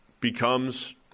becomes